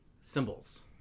symbols